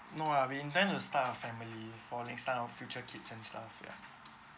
no lah we intend to start a family for next time our future kids and stuff ya